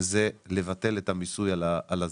זה לבטל את המיסוי על הזרים.